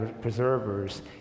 preservers